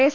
S